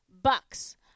bucks